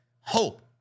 hope